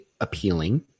appealing